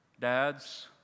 dads